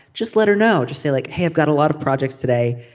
just let her know. just say like hey i've got a lot of projects today.